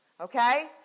Okay